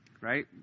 right